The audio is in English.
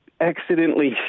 accidentally